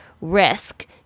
risk